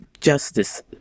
justice